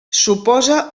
suposa